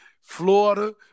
Florida